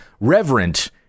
reverent